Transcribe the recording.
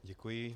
Děkuji.